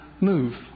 move